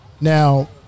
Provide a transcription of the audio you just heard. Now